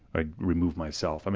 ah remove myself. um